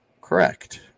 correct